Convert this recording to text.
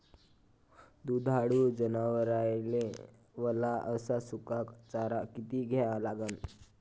दुधाळू जनावराइले वला अस सुका चारा किती द्या लागन?